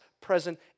present